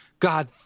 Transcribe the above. God